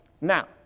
now